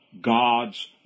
God's